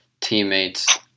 teammates